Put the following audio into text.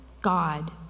God